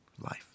life